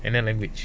and then language